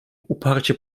uparcie